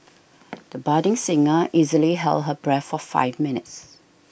the budding singer easily held her breath for five minutes